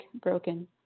broken